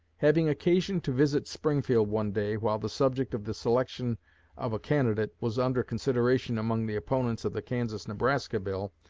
having occasion to visit springfield one day while the subject of the selection of a candidate was under consideration among the opponents of the kansas-nebraska bill,